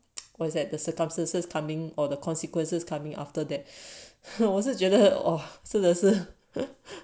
what is the circumstances coming or the consequences coming after that 我是觉得 !wah! 真的是